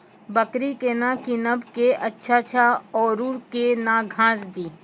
बकरी केना कीनब केअचछ छ औरू के न घास दी?